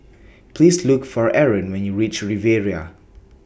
Please Look For Arron when YOU REACH Riviera